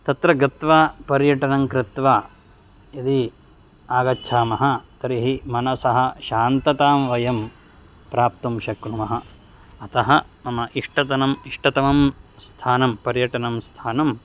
तत्र गत्वा पर्यटनङ्कृत्वा यदि आगच्छामः तर्हि मनसः शान्ततां वयं प्राप्तुं शक्नुमः अतः मम इष्टतमं इष्टतमं स्थानं पर्यटनं स्थानं